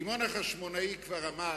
שמעון החשמונאי כבר אמר: